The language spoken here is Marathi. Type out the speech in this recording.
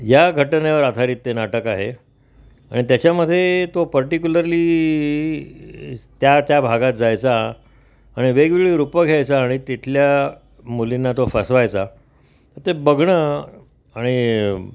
या घटनेवर आधारित ते नाटक आहे आणि त्याच्यामध्ये तो पर्टिकुलरली त्या त्या भागात जायचा आणि वेगवेगळी रूपं घ्यायचा आणि तिथल्या मुलींना तो फसवायचा ते बघणं आणि